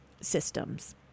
systems